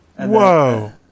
Whoa